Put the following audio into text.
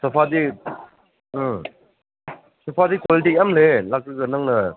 ꯁꯣꯐꯥꯗꯤ ꯎꯝ ꯁꯣꯐꯥꯗꯤ ꯀ꯭ꯋꯥꯂꯤꯇꯤ ꯌꯥꯝ ꯂꯩꯌꯦ ꯑꯗꯨꯒ ꯅꯪꯅ